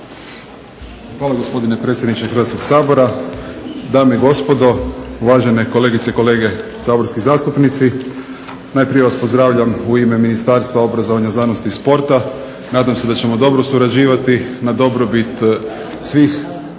Hvala, gospodine predsjedniče Hrvatskoga sabora. Dame i gospodo, uvažene kolegice i kolege saborski zastupnici. Najprije vas pozdravljam u ime Ministarstva obrazovanja, znanosti i sporta. Nadam se da ćemo dobro surađivati, na dobrobit svih